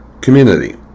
community